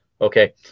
Okay